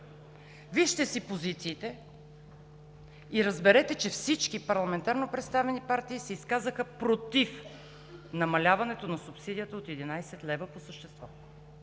Вижте си позициите и разберете, че всички парламентарно представени партии по същество се изказаха против намаляването на субсидията от 11 лв. Това